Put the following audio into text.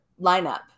lineup